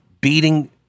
beating